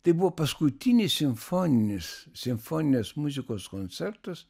tai buvo paskutinis simfoninis simfoninės muzikos koncertas